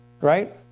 right